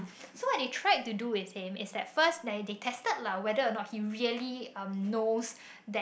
so what they tried to do with him is that first they tested lah whether a not he really um knows that